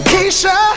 Keisha